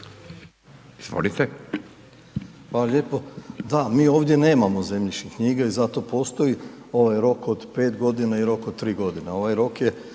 Hvala lijepo. Da, mi ovdje nemamo zemljišne knjige. Zato postoji ovaj rok od 5 godina i rok od 3 godine. Ovaj rok je